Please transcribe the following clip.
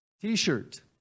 t-shirt